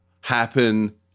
happen